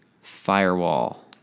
firewall